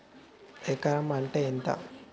ఎకరం అంటే ఎంత?